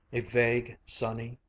a vague, sunny,